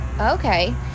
Okay